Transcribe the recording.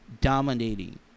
dominating